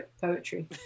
poetry